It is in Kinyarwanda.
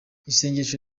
isengesho